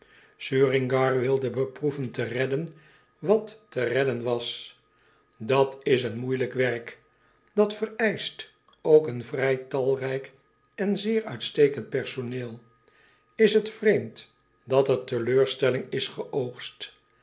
suringar wilde beproeven te redden wat te redden was dat is een moeijelijk werk dat vereischt ook een vrij talrijk en zeer uitstekend personeel is het vreemd dat er teleurstelling is